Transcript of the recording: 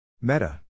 Meta